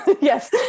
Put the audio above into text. Yes